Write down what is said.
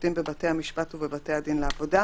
שופטים בבתי המשפט ובבתי הדין לעבודה,